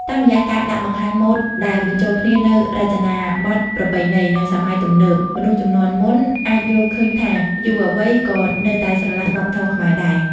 តាមរយៈការដាក់បង្ហាញម៉ូដដែលបញ្ចូលគ្នានូវរចនាបទប្រពៃណី និងសម័យទំនើប មនុស្សជំនាន់មុនអាចយល់ឃើញថាយុវវ័យក៏នៅតែស្រលាញ់វប្បធម៌ខ្មែរដែរ។